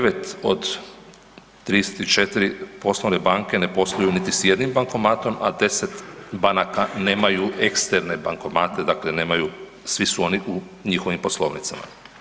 9 od 34 poslovne banke ne posluju niti s jednim bankomatom a 10 banaka nemaju eksterne bankomate, dakle nemaju, svi su oni u njihovim poslovnicama.